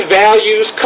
values